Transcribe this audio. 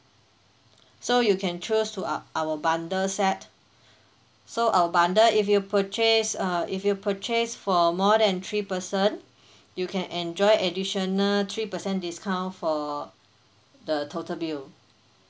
so you can choose to ou~ our bundle set so our bundle if you purchase uh if you purchase for more than three person you can enjoy additional three percent discount for the total bill